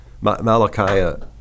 Malachi